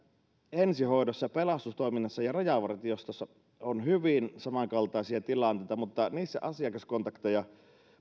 ensihoidossa ja pelastustoiminnassa ja rajavartiostossa on hyvin samankaltaisia tilanteita mutta niissä asiakaskontakteja